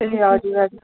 ए हजुर हजुर